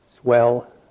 swell